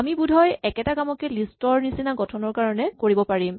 আমি বোধহয় একেটা কামকে লিষ্ট ৰ নিচিনা গঠনৰ কাৰণে কৰিব পাৰিম